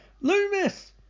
Loomis